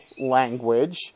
language